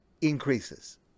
increases